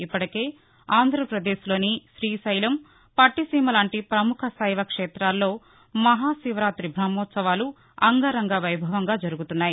ఇప్పటికే ఆంధ్రప్రదేశ్ లోని శ్రీశైలం పట్లిసీమ లాంటి పముఖ శైవ క్షేతాల్లో మహాశివరాతి బహోత్సవాలు అంగరంగ వైభవంగా జరుగుతున్నాయి